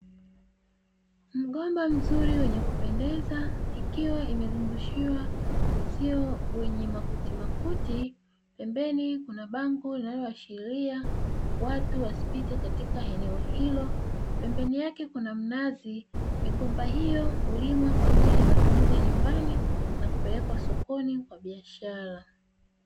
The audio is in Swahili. Mgomba mzuri wenye kupendeza ikiwa imezungushwa uzio wenye makutimakuti pembeni kuna bango linaloashiria watu wasipite katika eneo hilo, pembeni yake kuna mnazi. Migomba hiyo hulimwa kwa ajili ya matumizi ya nyumbani na kupelekwa sokoni kwa biashara.